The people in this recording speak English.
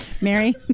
Mary